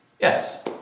Yes